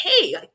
hey